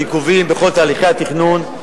על עיכובים בכל תהליכי התכנון,